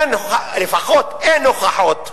לפחות אין הוכחות,